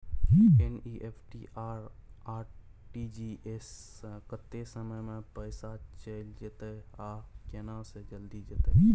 NEFT आ RTGS स कत्ते समय म पैसा चैल जेतै आ केना से जल्दी जेतै?